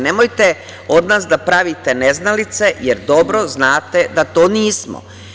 Nemojte od nas da pravite neznalice, jer dobro znate da to nismo.